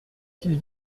qu’il